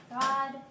God